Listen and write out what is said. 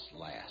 last